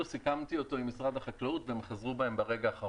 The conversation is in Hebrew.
סיכמתי אותו עם משרד החקלאות והם חזרו בהם ברגע האחרון.